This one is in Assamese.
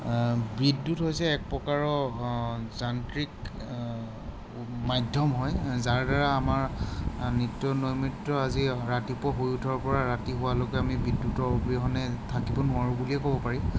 বিদ্যুৎ হৈছে এক প্ৰকাৰৰ যান্ত্ৰিক মাধ্যম হয় যাৰ দ্বাৰা আমাৰ নিত্য নৈমিত্য আজি ৰাতিপুৱা শুই উঠাৰ পৰা ৰাতি শোৱালৈকে আমি বিদ্যুতৰ অবিহনে থাকিব নোৱাৰোঁ বুলিয়ে ক'ব পাৰি